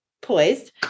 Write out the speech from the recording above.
poised